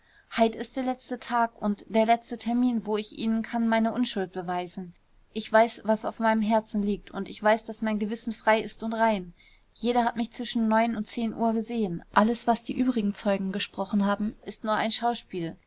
heit is der letzte tag und der letzte termin wo ich ihnen kann meine unschuld beweisen ich weiß was auf meinem herzen liegt und weiß daß mein gewissen frei ist und rein jeder hat mich zwischen neun und zehn uhr gesehn alles was die übrigen zeugen gesprochen haben ist nur ein schauspiel